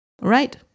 Right